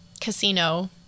casino